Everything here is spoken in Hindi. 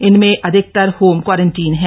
इनमें अधिकतर होम क्वारंटीन हैं